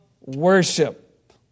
worship